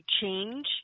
change